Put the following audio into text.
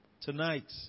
tonight